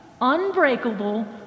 unbreakable